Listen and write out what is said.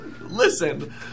Listen